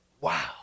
Wow